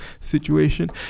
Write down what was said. situation